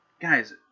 guys